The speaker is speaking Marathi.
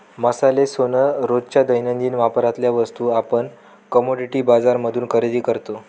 मसाले, सोन, रोजच्या दैनंदिन वापरातल्या वस्तू आपण कमोडिटी बाजार मधूनच खरेदी करतो